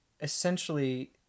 essentially